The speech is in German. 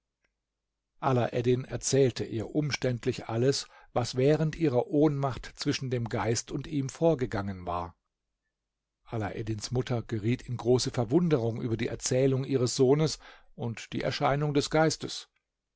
alaeddin erzählte ihr umständlich alles was während ihrer ohnmacht zwischen dem geist und ihm vorgegangen war alaeddins mutter geriet in große verwunderung über die erzählung ihres sohnes und die erscheinung des geistes